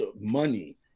money